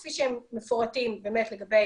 כפי שהם מפורטים לגבי